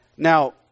Now